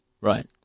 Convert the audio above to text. right